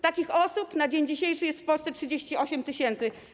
Takich osób na dzień dzisiejszy jest w Polsce 38 tys.